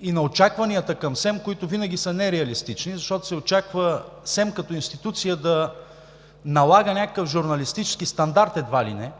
и на очакванията към СЕМ, които винаги са нереалистични, защото се очаква СЕМ като институция да налага някакъв журналистически стандарт едва ли не,